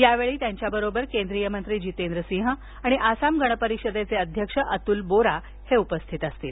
यावेळी त्यांच्याबरोबर केंद्रीय मंत्री जितेंद्र सिंह आणि आसाम गण परिषदेचे अध्यक्ष अतुल बोरा उपस्थित असतील